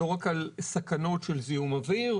לא רק על סכנות של זיהום אוויר,